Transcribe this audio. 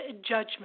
judgment